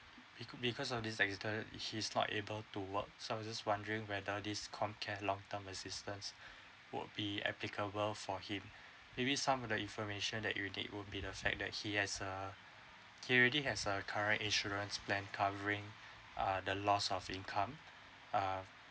be~ because of this accident he's not able to work so I was just wondering whether this comcare long term assistance would be applicable for him maybe some of the information that you did would be the fact that he has a he already has a current insurance plan covering uh the loss of income uh